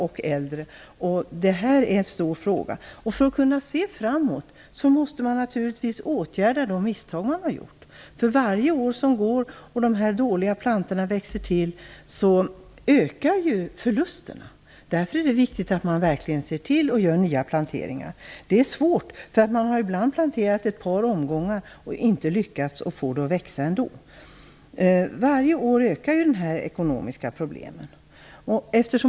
Det här är verkligen en stor fråga. För att kunna se framåt måste man naturligtvis åtgärda de misstag som gjorts. För varje år som går och allteftersom de dåliga plantorna får växa till ökar ju förlusterna. Därför är det viktigt att man verkligen ser till att nya planteringar görs. Det är svårt. Man har ibland planterat i ett par omgångar utan att lyckas med att få plantorna att växa. För varje år ökar alltså de ekonomiska problemen här.